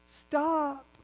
Stop